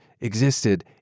existed